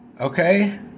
Okay